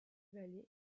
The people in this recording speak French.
vallée